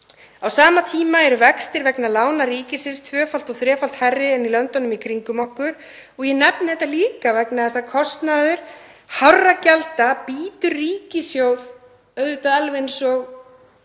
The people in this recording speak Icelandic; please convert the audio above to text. Á sama tíma eru vextir vegna lána ríkisins tvöfalt og þrefalt hærri en í löndunum í kringum okkur. Ég nefni þetta líka vegna þess að kostnaður hárra gjalda bítur ríkissjóð auðvitað alveg eins og